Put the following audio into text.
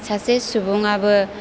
सासे सुबुङाबो